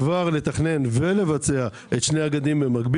כבר לתכנן ולבצע את שני האגדים הנותרים.